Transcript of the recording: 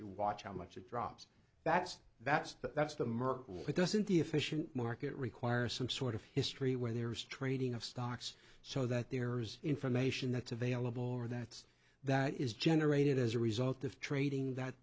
you watch how much it drops that's that's that's the merkel doesn't the efficient market require some sort of history where there is trading of stocks so that there's information that's available or that's that is generated as a result of trading that